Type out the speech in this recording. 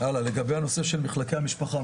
לגבי הנושא של מחלקי המשפחה,